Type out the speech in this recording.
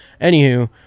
Anywho